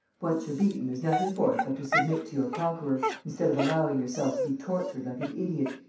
once you're beaten, there's nothing for it but to submit to your conqueror, instead of allowing yourself to be tortured like an idiot.